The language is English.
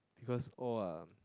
because all are